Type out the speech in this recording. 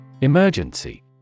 Emergency